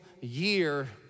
year